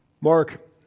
Mark